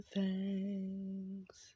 thanks